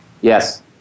Yes